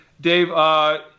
Dave